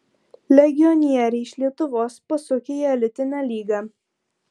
legionieriai iš lietuvos pasukę į elitinę lygą